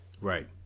right